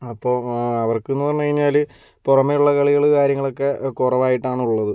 അപ്പോൾ അവർക്കെന്ന് പറഞ്ഞ് കഴിഞ്ഞാൽ പുറമേ ഉള്ള കളികൾ കാര്യങ്ങളൊക്കെ കുറവായിട്ടാണ് ഉള്ളത്